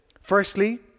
Firstly